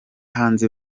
hanze